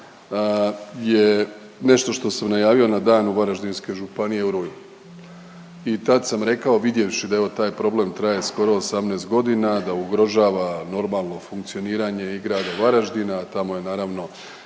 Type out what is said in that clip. je nešto što sam najavio na Danu Varaždinske županije u rujnu. I tad sam rekao vidjevši da evo taj problem traje skoro 18 godina, da ugrožava normalno funkcioniranje i grada Varaždina. Tamo je naravno